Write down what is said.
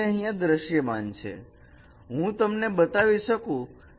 તેથી તે અહીંયા દૃશ્યમાન છે હું તમને બતાવી શકું છું